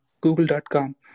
google.com